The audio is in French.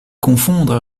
confondre